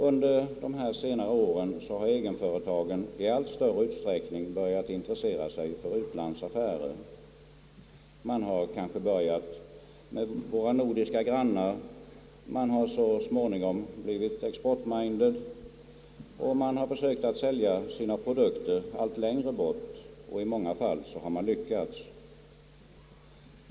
Under senare år har egenföretagen i allt större utsträckning börjat intressera sig för utlandsaffärer. Man har kanske börjat med våra nordiska grannar och så småningom blivit exportminded och försökt sälja sina produkter allt längre bort och i många fall lyckats.